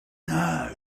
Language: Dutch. naar